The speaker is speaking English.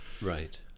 Right